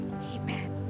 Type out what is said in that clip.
amen